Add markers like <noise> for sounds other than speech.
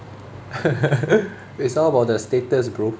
<laughs> it's all about the status bro